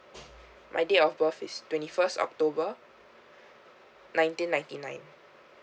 my date of birth is twenty first october nineteen ninety nine